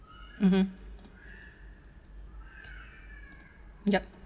mm yup